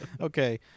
Okay